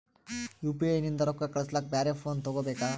UPI ನಿಂದ ರೊಕ್ಕ ಕಳಸ್ಲಕ ಬ್ಯಾರೆ ಫೋನ ತೋಗೊಬೇಕ?